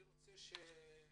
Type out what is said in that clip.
אני מבקש שתתייחסו.